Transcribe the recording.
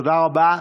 תודה רבה.